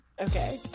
Okay